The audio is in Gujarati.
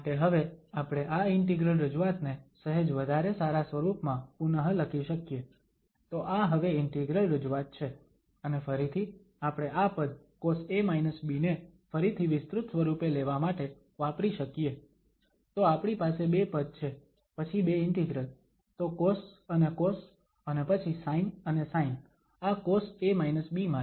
માટે હવે આપણે આ ઇન્ટિગ્રલ રજૂઆત ને સહેજ વધારે સારા સ્વરૂપમાં પુનઃ લખી શકીએ તો આ હવે ઇન્ટિગ્રલ રજૂઆત છે અને ફરીથી આપણે આ પદ cos ને ફરીથી વિસ્તૃત સ્વરૂપે લેવા માટે વાપરી શકીએ તો આપણી પાસે બે પદ છે પછી બે ઇન્ટિગ્રલ તો કોસ અને કોસ અને પછી સાઇન અને સાઇન આ cos માટે